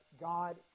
God